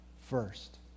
first